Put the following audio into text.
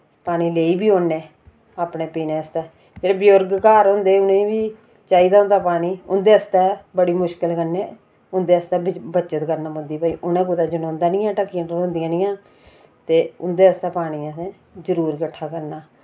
पानी लेई वि औने अपने पीने आस्तै जेह्ड़े बजुर्ग घर होंदे उ'ने बी चाहिदा होंदा पानी उंदे आस्तै बड़ी मुश्कल कन्नै उंदे आस्तै ब बचत करने पौंदी भाई उ'नै कुतै जानौंदा नि ऐ ढक्कियां ढलोंदियां निं ऐ ते उंदे आस्तै पानी असैं जरूर कट्ठा करना